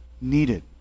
needed